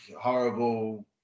horrible